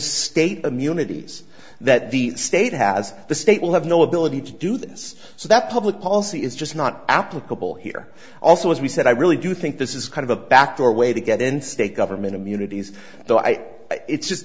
state immunities that the state has the state will have no ability to do this so that public policy is just not applicable here also as we said i really do think this is kind of a backdoor way to get in state government immunities so i it's just